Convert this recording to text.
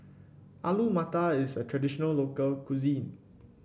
Alu Matar is a traditional local cuisine